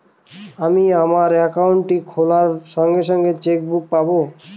আমি আমার একাউন্টটি খোলার সঙ্গে সঙ্গে চেক বুক পাবো?